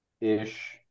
ish